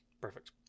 Perfect